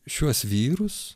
šiuos vyrus